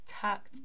tucked